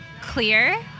clear